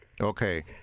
okay